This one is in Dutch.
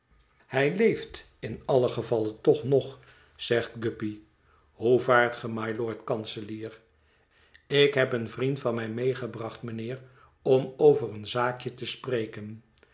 hij leeft in allen gevalle toch nog zegt guppy hoe vaart ge mylord kanselier ik heb een vriend van mij meegebracht mijnheer om over een zaakje te spreken